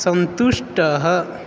सन्तुष्टः